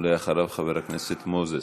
אחריו, חבר הכנסת מוזס.